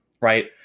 right